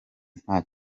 nta